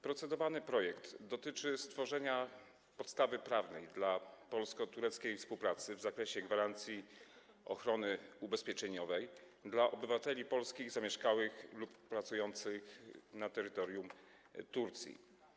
Procedowany projekt dotyczy stworzenia podstawy prawnej polsko-tureckiej współpracy w zakresie gwarancji ochrony ubezpieczeniowej dla obywateli polskich zamieszkałych lub pracujących na terytorium Turcji.